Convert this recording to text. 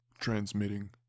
Transmitting